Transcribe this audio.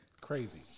Crazy